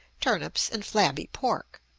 turnips, and flabby pork,